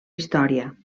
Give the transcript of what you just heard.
història